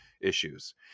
issues